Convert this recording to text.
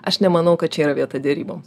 aš nemanau kad čia yra vieta deryboms